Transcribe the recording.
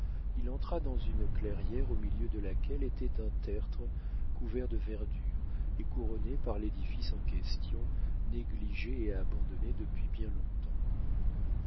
il entra dans une clairière au milieu de laquelle était un tertre couvert de verdure et couronné par l'édifice en question négligé et abandonné depuis bien longtemps